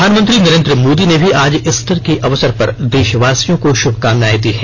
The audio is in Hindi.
प्रधानमंत्री नरेंद्र मोदी ने भी आज ईस्टर के अवसर पर देशवासियों को शुभकामनाएं दी हैं